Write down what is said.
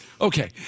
Okay